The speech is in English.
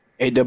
AW